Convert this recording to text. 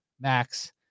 Max